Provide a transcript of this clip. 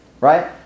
right